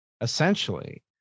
essentially